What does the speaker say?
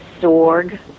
Sorg